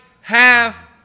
half